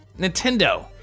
Nintendo